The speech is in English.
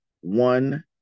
one